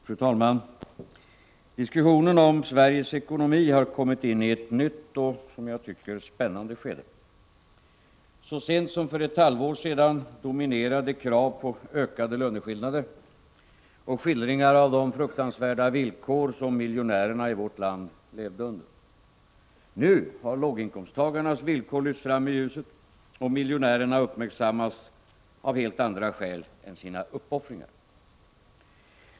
Fru talman! Diskussionen om Sveriges ekonomi har kommit in i ett nytt och, som jag tycker, spännande skede. Så sent som för ett halvår sedan dominerades den av krav på ökade löneskillnader och skildringar av de fruktansvärda villkor som miljonärerna i vårt land levde under. Nu har låginkomsttagarnas villkor lyfts fram i ljuset, och miljonärerna uppmärksammas av helt andra skäl än för sina uppoffringar.